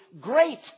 great